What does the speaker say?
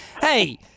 Hey